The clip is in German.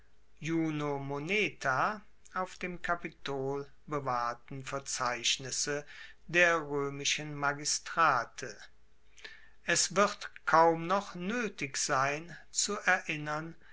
auf dem kapitol bewahrten verzeichnisse der roemischen magistrate es wird kaum noch noetig sein zu erinnern